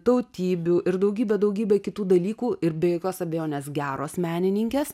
tautybių ir daugybė daugybė kitų dalykų ir be jokios abejonės geros menininkės